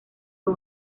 fue